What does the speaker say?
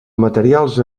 materials